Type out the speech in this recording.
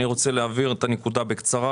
אני רוצה להבהיר את הנקודה בקצרה.